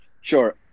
Sure